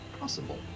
possible